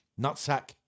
Nutsack